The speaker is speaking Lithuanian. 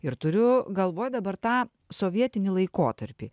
ir turiu galvoj dabar tą sovietinį laikotarpį